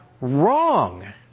Wrong